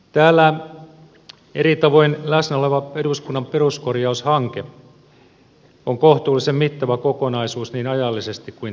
täällä eri tavoin läsnä oleva eduskunnan peruskorjaushanke on kohtuullisen mittava kokonaisuus niin ajallisesti kuin taloudellisestikin